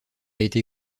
été